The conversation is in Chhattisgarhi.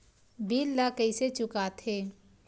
बिल ला कइसे चुका थे